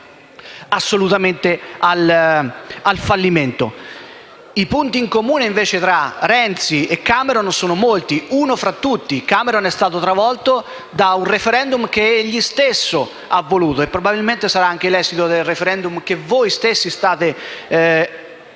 I punti in comune, invece, tra Renzi e Cameron sono molti. Uno tra tutti: Cameron è stato travolto da un *referendum* che egli stesso ha voluto e, probabilmente, sarà anche l'esito del *referendum* che voi stessi state chiamando